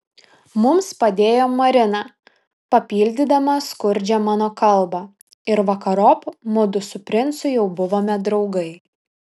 mums padėjo marina papildydama skurdžią mano kalbą ir vakarop mudu su princu jau buvome draugai